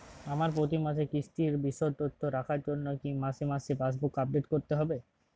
আমার প্রতি মাসের কিস্তির বিশদ তথ্য রাখার জন্য কি মাসে মাসে পাসবুক আপডেট করতে হবে?